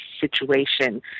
situation